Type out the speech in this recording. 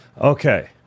Okay